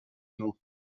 nom